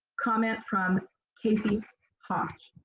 comment from casey hoch.